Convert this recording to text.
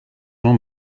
jean